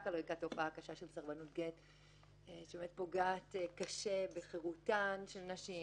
על רקע התופעה הקשה של סרבנות גט שבאמת פוגעת קשה בחירותן של נשים,